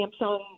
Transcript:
Samsung